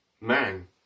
man